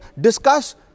discuss